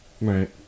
Right